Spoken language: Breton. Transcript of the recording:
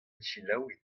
selaouit